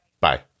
Bye